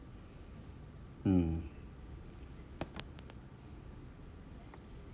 mm